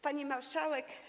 Pani Marszałek!